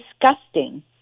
disgusting